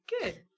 Good